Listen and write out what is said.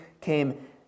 came